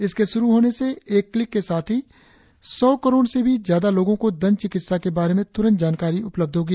इसके शुरु होने से एक क्लिक के साथ ही सौ करोड़ से भी ज्यादा लोगो को दंत चिकित्सा के बारे में तुरंत जानकारी उपलब्ध होगी